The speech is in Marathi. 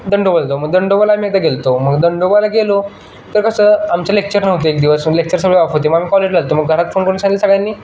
दंडोबाला जाऊ मग दंडोबाला आम्ही एकदा गेलो होतो मग दंडोबाला गेलो तर कसं आमचं लेक्चर नव्हतं एक दिवस लेक्चर सगळे ऑफ होते मग आम्ही कॉलेजला होतो मग घरात फोन करून सांगितलं सगळ्यांनी